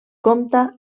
compta